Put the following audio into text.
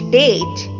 date